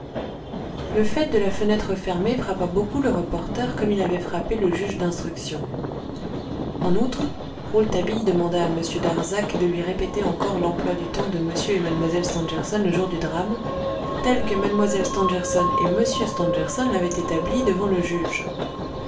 le fait de la fenêtre fermée frappa beaucoup le reporter comme il avait frappé le juge d'instruction en outre rouletabille demanda à m darzac de lui répéter encore l'emploi du temps de m et mlle stangerson le jour du drame tel que mlle et m stangerson l'avaient établi devant le juge